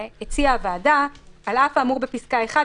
שהציעה הוועדה: "על אף האמור בפסקה (1),